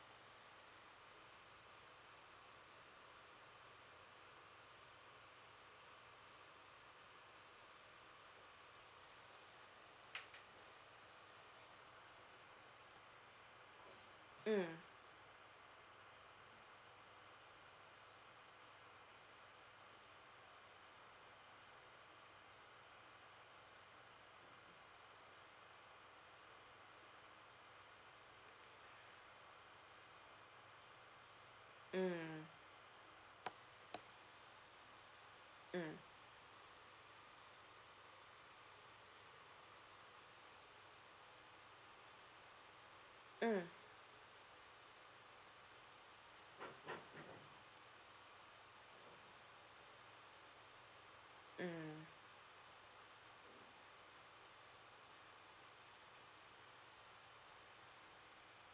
mm mm mm mm mm